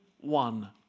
One